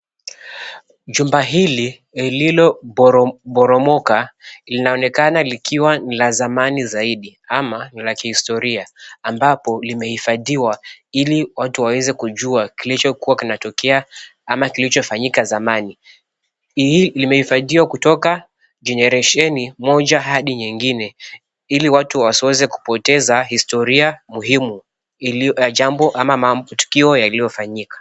Jumba hili lililoporomoka linaonekana likiwa ni la zamani zaidi ama ni la kihistoria ambapo limehifadhiwa ili watu waweze kujua kilichokuwa kinatokea ama kilichofanyika zamani. Limehifadhiwa kutoka jenerisheni moja hadi nyingine ili watu wasiweze kupoteza historia muhimu ya jambo ama matukio yaliyofanyika.